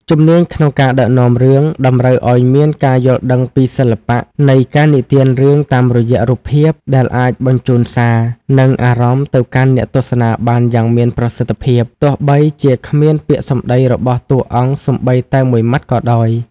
ជំនាញក្នុងការដឹកនាំរឿងតម្រូវឱ្យមានការយល់ដឹងពីសិល្បៈនៃការនិទានរឿងតាមរយៈរូបភាព ដែលអាចបញ្ជូនសារ និងអារម្មណ៍ទៅកាន់អ្នកទស្សនាបានយ៉ាងមានប្រសិទ្ធភាព ទោះបីជាគ្មានពាក្យសម្ដីរបស់តួអង្គសូម្បីតែមួយម៉ាត់ក៏ដោយ។